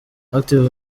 active